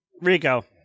Rico